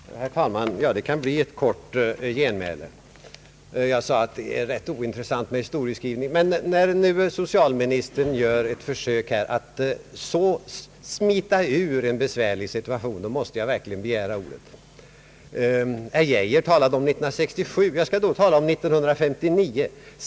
Herr talman! Det här kan bli ett kort genmäle. Jag sade att det är rätt ointressant med historieskrivning, men när socialministern nu gör ett försök att smita ur en besvärlig situation, måste jag verkligen begära ordet. Herr Geijer talade om 1967. Jag skall då tala om 1959.